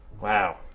Wow